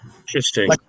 Interesting